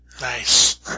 Nice